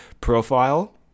profile